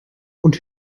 und